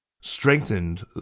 strengthened